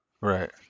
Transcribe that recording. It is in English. Right